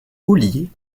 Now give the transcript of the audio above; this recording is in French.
ollier